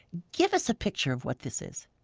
give us a picture of what this is